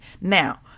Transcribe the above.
now